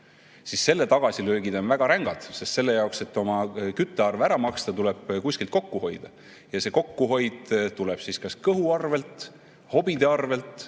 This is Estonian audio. siis on tagasilöögid väga rängad, sest selle jaoks, et oma küttearved ära maksta, tuleb kuskilt kokku hoida. See kokkuhoid tuleb kas kõhu arvel, hobide arvel